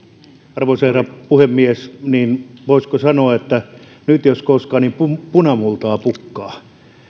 arvoisa herra puhemies voisiko sanoa että nyt jos koskaan punamultaa pukkaa